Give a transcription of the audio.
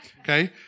Okay